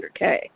100K